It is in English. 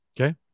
Okay